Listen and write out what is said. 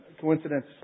Coincidence